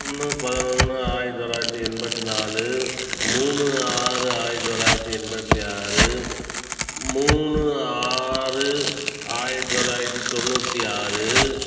ஒன்று பதினொன்று ஆயிரத்து தொள்ளாயிரத்தி எண்பத்து நாலு மூணு ஆறு ஆயிரத்து தொள்ளாயிரத்தி எண்பத்து ஆறு மூணு ஆறு ஆயிரத்து தொள்ளாயிரத்தி தொண்ணூற்றி ஆறு